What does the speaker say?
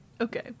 Okay